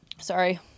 sorry